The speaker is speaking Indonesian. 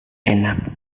enak